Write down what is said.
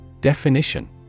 Definition